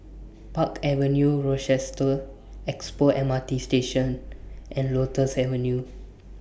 Park Avenue Rochester Expo M R T Station and Lotus Avenue